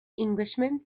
englishman